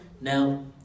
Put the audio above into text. Now